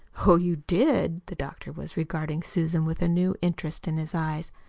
oh, you did! the doctor was regarding susan with a new interest in his eyes.